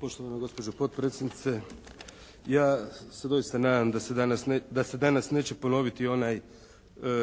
Poštovana gospođo potpredsjednice. Ja se doista nadam da se danas neće ponoviti onaj